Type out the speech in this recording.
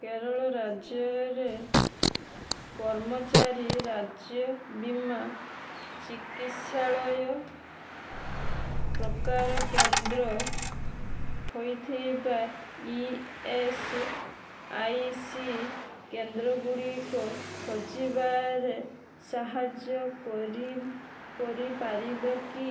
କେରଳ ରାଜ୍ୟରେ କର୍ମଚାରୀ ରାଜ୍ୟ ବୀମା ଚିକିତ୍ସାଳୟ ପ୍ରକାର କେନ୍ଦ୍ର ହେଇଥିବା ଇ ଏସ୍ ଆଇ ସି କେନ୍ଦ୍ରଗୁଡ଼ିକ ଖୋଜିବାରେ ସାହାଯ୍ୟ କରି କରିପାରିବ କି